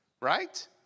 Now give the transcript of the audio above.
right